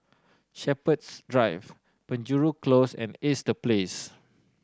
Shepherds Drive Penjuru Close and Ace The Place